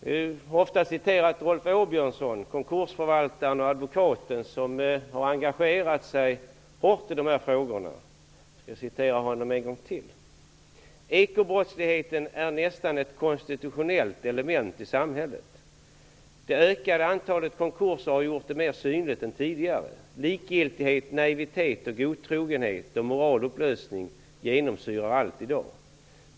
Jag har ofta citerat Rolf Åbjörnsson, konkursförvaltaren och advokaten som har engagerat sig hårt i dessa frågor. Jag skall än en gång citera honom: ''Ekobrottsligheten är nästan ett konstitutionellt element i samhället. Det ökade antalet konkurser har gjort det mer synligt än tidigare. Likgiltighet, naivitet och godtrogenhet och moralupplösning genomsyrar allt i dag.